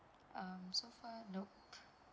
um so far nope okay